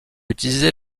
utiliser